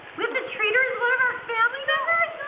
we have to treat her as one of our family members?